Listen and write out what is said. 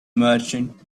merchant